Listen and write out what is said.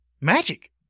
magic